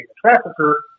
trafficker